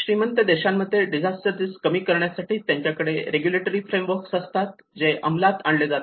श्रीमंत देशांमध्ये disaster risk कमी करण्यासाठी त्यांच्याकडे रेग्युलेटरी फ्रेमवर्क्स असतात जे अंमलात आणले जातात